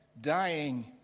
dying